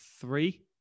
three